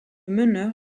meneur